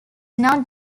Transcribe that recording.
not